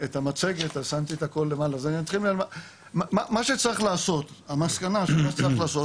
המסקנה של מה שצריך לעשות,